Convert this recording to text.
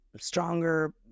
stronger